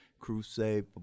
Crusade